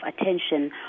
attention